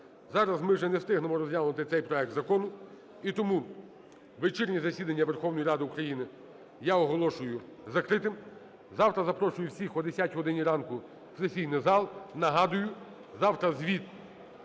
Зараз ми вже не встигнемо розглянути цей проект закону. І тому вечірнє засідання Верховної Ради України я оголошую закритим. Завтра запрошую всіх о 10 годині ранку в сесійний зал. Нагадую, завтра звіт